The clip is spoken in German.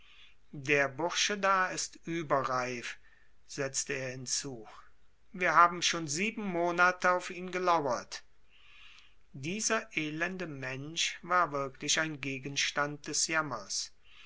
der bursche da ist überreif setzte er hinzu wir haben schon sieben monate auf ihn gelauert dieser elende mensch war wirklich ein gegenstand des jammers